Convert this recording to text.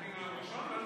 אני עולה ראשון?